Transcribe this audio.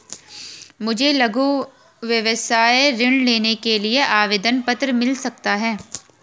मुझे लघु व्यवसाय ऋण लेने के लिए आवेदन पत्र मिल सकता है?